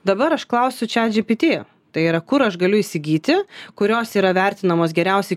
dabar aš klausiu chatgpt tai yra kur aš galiu įsigyti kurios yra vertinamos geriausiai